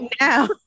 now